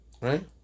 right